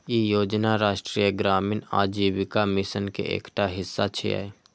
ई योजना राष्ट्रीय ग्रामीण आजीविका मिशन के एकटा हिस्सा छियै